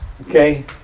Okay